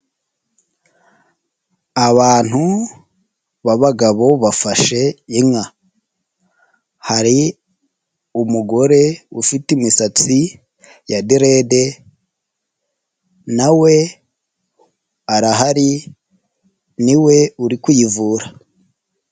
Abantu b'abagabo bafashe inka, hari umugore ufite imisatsi ya direde nawe arahari niwe uri kuyivura.